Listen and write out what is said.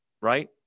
right